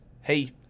hey